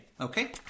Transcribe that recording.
Okay